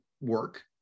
work